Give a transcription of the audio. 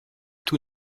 tout